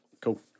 Cool